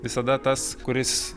visada tas kuris